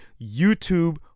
YouTube